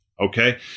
okay